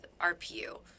RPU